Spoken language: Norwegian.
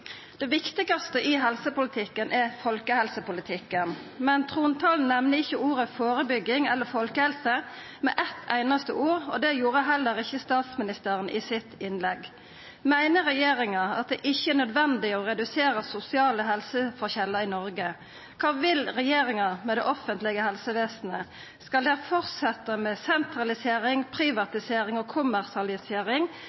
Det viktigaste i helsepolitikken er folkehelsepolitikken, men trontalen nemnde ikkje orda «førebygging» eller «folkehelse» ein einaste gong, og det gjorde heller ikkje statsministeren i sitt innlegg. Meiner regjeringa at det ikkje er nødvendig å redusera sosiale helseforskjellar i Noreg? Kva vil regjeringa med det offentlege helsevesenet? Skal dei halda fram med sentralisering,